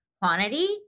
quantity